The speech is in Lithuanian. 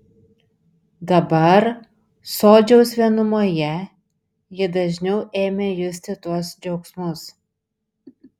dabar sodžiaus vienumoje ji dažniau ėmė justi tuos džiaugsmus